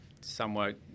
somewhat